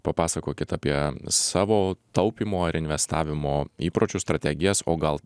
papasakokit apie savo taupymo ar investavimo įpročių strategijas o gal